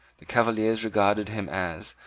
the cavaliers regarded him as,